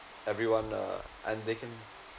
everyone uh and they can